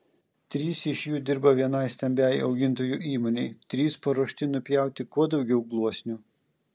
trys iš jų dirba vienai stambiai augintojų įmonei trys paruošti nupjauti kuo daugiau gluosnių